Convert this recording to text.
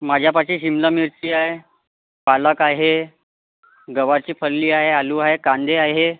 माझ्यापाशी शिमला मिरची आहे पालक आहे गवारची फल्ली आहे आलू आहे कांदे आहे